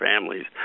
families